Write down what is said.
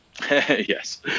Yes